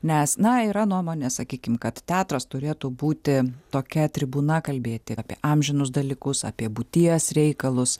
nes na yra nuomonė sakykim kad teatras turėtų būti tokia tribūna kalbėti apie amžinus dalykus apie būties reikalus